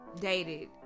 dated